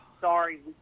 sorry